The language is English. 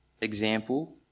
example